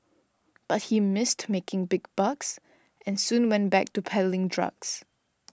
but he missed making big bucks and soon went back to peddling drugs